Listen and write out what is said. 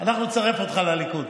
אנחנו נצרף אותך לליכוד.